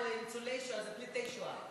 אבל לניצולי שואה,